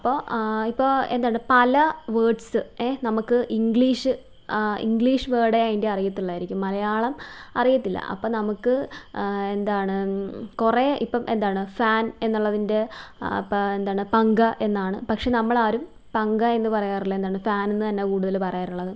അപ്പോൾ ഇപ്പോൾ എന്താണ് പല വേഡ്സ് ഏ നമുക്ക് ഇംഗ്ലീഷ് ഇംഗ്ലീഷ് വേർഡ് അതിൻ്റെ അറിയത്തുള്ളായിരിക്കും മലയാളം അറിയത്തില്ല അപ്പോൾ നമുക്ക് എന്താണ് കുറെ ഇപ്പം എന്താണ് ഫാൻ എന്നുള്ളതിൻ്റെ അപ്പം എന്താണ് പങ്ക എന്നാണ് പക്ഷെ നമ്മളാരും പങ്ക എന്ന് പറയാറില്ല എന്താണ് ഫാൻ എന്ന് തന്നെയാണ് കൂടുതല് പറയാറുള്ളത്